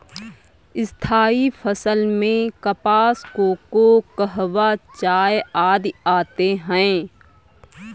स्थायी फसल में कपास, कोको, कहवा, चाय आदि आते हैं